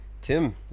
tim